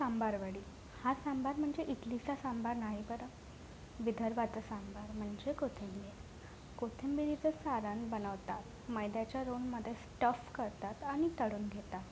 सांबार वडी हा सांबार म्हणजे इटलीचा सांबार नाही बरं विदर्भाचा सांबार म्हणजे कोथिंबीर कोथिंबीरीचं सारण बनवतात मैद्याच्या रोलमध्ये स्टफ करतात आणि तळून घेतात